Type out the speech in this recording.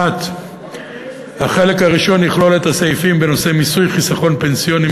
1. החלק הראשון יכלול את הסעיפים בנושא מיסוי חיסכון פנסיוני,